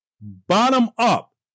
bottom-up